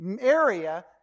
area